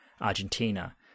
Argentina